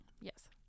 Yes